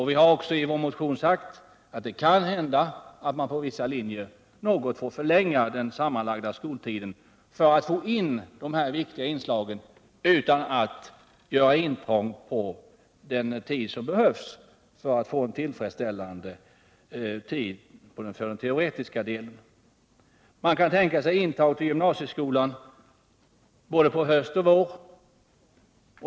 Vi har också i vår motion sagt att det kan hända att man på vissa linjer något får förlänga den sammanlagda skoltiden för att få in dessa viktiga inslag utan att göra intrång på den tid som behövs för den teoretiska utbildningen. Man kan tänka sig intagning till gymnasieskolan både höst och vår.